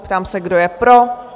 Ptám se, kdo je pro?